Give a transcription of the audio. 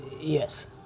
Yes